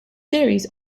series